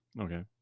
Okay